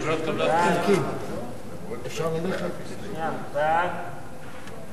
חוק סדר הדין הפלילי (עצור החשוד בעבירת ביטחון) (הוראת שעה) (תיקון מס'